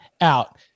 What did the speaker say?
out